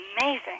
amazing